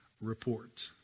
report